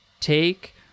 take